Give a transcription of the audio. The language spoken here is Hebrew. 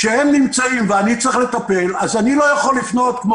כשהם נמצאים ואני צריך לטפל אז אני לא יכול לפנות כמו